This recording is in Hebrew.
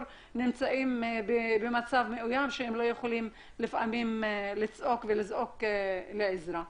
נמצאים במצב מאוים והם לא יכולים לפעמים לצעוק לעזרה.